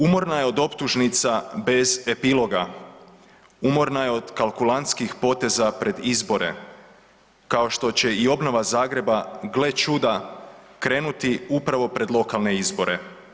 Umorna je od optužnica bez epiloga, umorna je od kalkulantskih poteza pred izbore, kao što će i obnova Zagreba, gle čuda, krenuti upravo pred lokalne izbore.